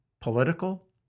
political